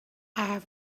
have